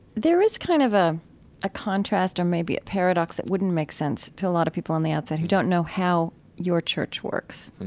there is kind of ah a contrast or maybe a paradox that wouldn't make sense to a lot of people in the outside, who don't know how your church church works. and